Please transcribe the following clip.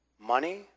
Money